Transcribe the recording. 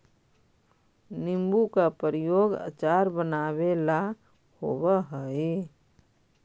नींबू का प्रयोग अचार बनावे ला होवअ हई